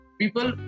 people